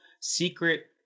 secret